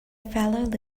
fellow